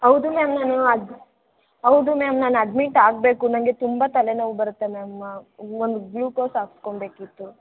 ಹೌದು ಮ್ಯಾಮ್ ನಾನು ಅಡ್ ಹೌದು ಮ್ಯಾಮ್ ನಾನು ಅಡ್ಮಿಟ್ ಆಗಬೇಕು ನನಗೆ ತುಂಬ ತಲೆನೋವು ಬರುತ್ತೆ ಮ್ಯಾಮ್ ಒಂದು ಗ್ಲೂಕೋಸ್ ಹಾಕ್ಸ್ಕೊಳ್ಬೇಕಿತ್ತು